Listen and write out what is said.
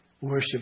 worship